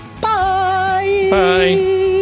Bye